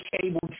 cable